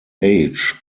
age